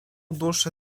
duszę